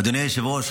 אדוני היושב-ראש,